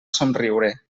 somriure